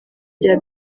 rya